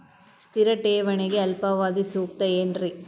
ಸ್ಥಿರ ಠೇವಣಿಗೆ ಅಲ್ಪಾವಧಿ ಸೂಕ್ತ ಏನ್ರಿ?